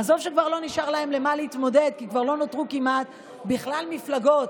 עזוב שכבר לא נשאר להם למה להתמודד כי כבר לא נותרו כמעט בכלל מפלגות.